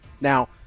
Now